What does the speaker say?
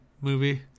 movie